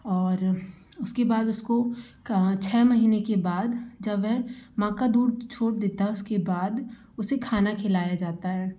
और उसके बाद उसको छः महीने के बाद जब वह माँ का दूद छोड़ देता है उसके बाद उसे खाना खिलाया जाता है